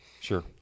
sure